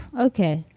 okay.